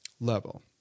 level